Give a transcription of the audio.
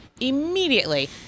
immediately